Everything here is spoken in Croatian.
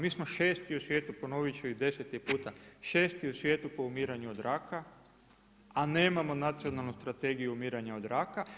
Mi smo šesti u svijetu ponovit ću i deseti puta, šesti u svijetu po umiranju od raka, a nemamo Nacionalnu strategiju umiranja od raka.